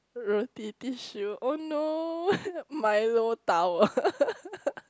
Roti Tissue oh no Milo tower